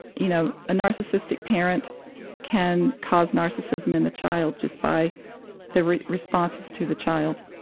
you know, a narcissistic parent can cause narcissism in the child just by the responses to the child.